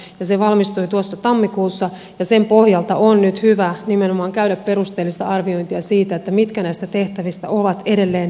se valmistui tuossa tammikuussa ja sen pohjalta on nyt hyvä nimenomaan käydä perusteellista arviointia siitä mitkä näistä tehtävistä ovat edelleen ajankohtaisia